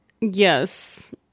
Yes